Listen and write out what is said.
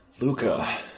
Luca